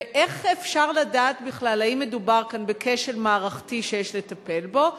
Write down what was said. איך אפשר לדעת בכלל אם מדובר כאן בכשל מערכתי שיש לטפל בו,